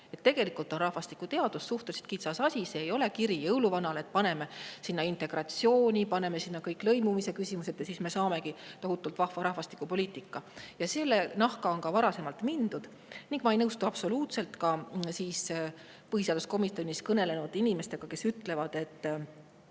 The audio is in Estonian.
Tegelikult on rahvastikuteadus suhteliselt kitsas asi. See ei ole kiri jõuluvanale, et paneme sinna sisse integratsiooni, paneme sinna kõik lõimumise küsimused ja siis me saamegi tohutult vahva rahvastikupoliitika. Ja selle nahka on ka varasemalt mindud. Ma ei nõustu absoluutselt põhiseaduskomisjonis kõnelenud inimestega, kes ütlesid, et